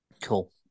Cool